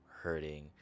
hurting